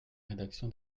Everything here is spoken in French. rédaction